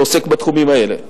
שעוסק בתחומים האלה,